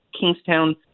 Kingstown